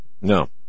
no